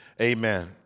Amen